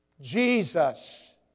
Jesus